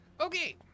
okay